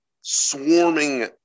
swarming